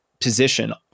position